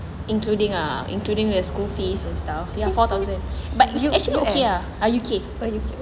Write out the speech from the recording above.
including ah including their school fees and stuff ya four thousand but it's actually okay ah U_K